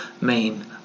main